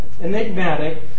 Enigmatic